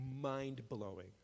mind-blowing